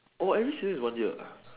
orh every season is one year uh